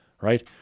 right